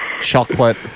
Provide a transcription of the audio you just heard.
Chocolate